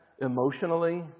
emotionally